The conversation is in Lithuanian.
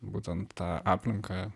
būtent tą aplinką